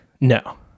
No